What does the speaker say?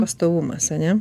pastovumas ane